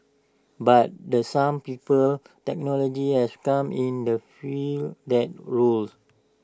but the some people technology has come in the fill that roles